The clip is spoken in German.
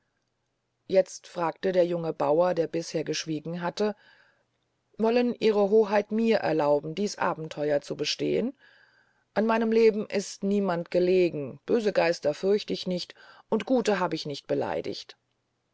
jetzt fragte der junge bauer der bisher geschwiegen hatte wollen ihre hoheit mir erlauben dies abentheuer zu bestehn an meinem leben ist niemand gelegen böse geister fürcht ich nicht und gute hab ich nicht beleidigt